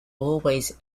always